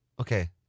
Okay